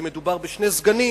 כי מדובר בשני סגנים